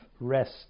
rest